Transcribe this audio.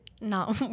No